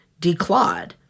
declawed